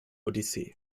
odyssee